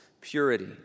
purity